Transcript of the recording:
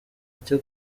cyo